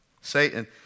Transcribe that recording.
Satan